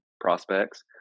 prospects